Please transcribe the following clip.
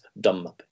dumb